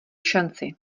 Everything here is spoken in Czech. šanci